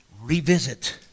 revisit